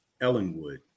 Ellenwood